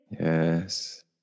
Yes